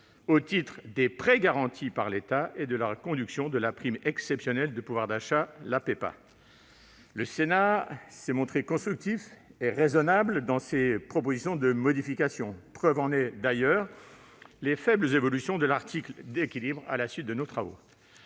au titre des prêts garantis par l'État, les PGE, et la reconduction de la prime exceptionnelle de pouvoir d'achat, la PEPA. Le Sénat s'est montré constructif et raisonnable dans ses propositions de modification. J'en veux pour preuve les faibles évolutions de l'article d'équilibre à la suite de nos travaux.